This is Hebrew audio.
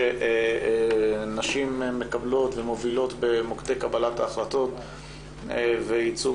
שנשים מקבלות ומובילות במוקדי קבלת ההחלטות וייצוג